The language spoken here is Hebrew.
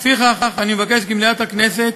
לפיכך, אני מבקש כי מליאת הכנסת